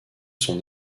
son